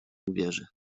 uwierzy